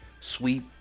sweep